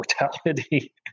mortality